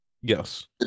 yes